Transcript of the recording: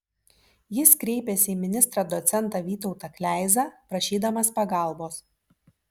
jis kreipėsi į ministrą docentą vytautą kleizą prašydamas pagalbos